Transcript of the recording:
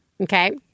Okay